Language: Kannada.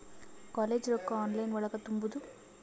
ಕಾಲೇಜ್ ರೊಕ್ಕ ಆನ್ಲೈನ್ ಒಳಗ ತುಂಬುದು?